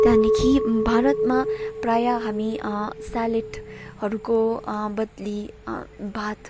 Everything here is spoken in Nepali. त्यहाँदेखि भारतमा प्रायः हामी स्यालेडहरूको बदली भात